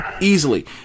easily